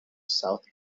south